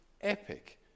epic